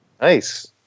nice